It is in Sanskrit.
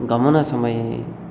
गमनसमये